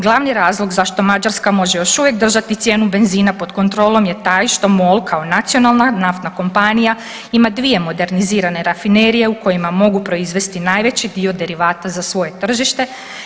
Glavni razlog zašto Mađarska može još uvijek držati cijenu benzina pod kontrolom je taj što MOL kao nacionalna naftna kompanija ima dvije modernizirane rafinerije u kojima mogu proizvesti najveći dio derivata za svoje tržište.